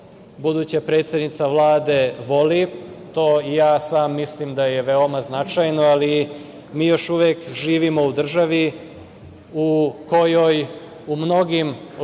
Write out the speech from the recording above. buduća predsednica Vlade voli, to i ja sam mislim da je veoma značajno, ali mi još uvek živimo u državi u kojoj u mnogim lokalnim